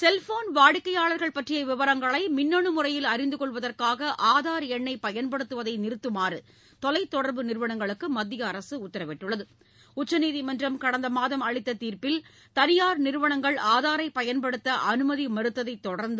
cellphone வாடிக்கையாளர்கள் பற்றிய விவரங்களை மின்னனு முறையில் அறிந்து கொள்வதற்காக ஆதார் எண்ணை பயன்படுத்துவதை நிறுத்தமாறு தொலைத்தொடர்பு நிறுவனங்களுக்கு மத்திய அரசு உத்தரவிட்டுள்ளது உச்சநீதிமன்றம் கடந்த மாதம் அளித்த தீர்ப்பில் தனியார் நிறுவனங்கள் ஆதாரை பயன்படுத்த அனுமதி மறுத்ததைத் தொடர்ந்து